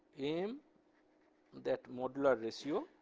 m that modular ratio